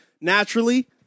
naturally